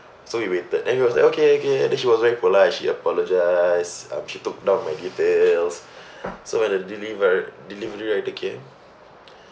so we waited then he was like okay okay and then she was very polite she apologised um she took down my details so when the deliver~ delivery rider came